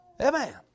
Amen